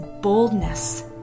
boldness